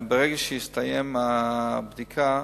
ברגע שתסתיים הבדיקה,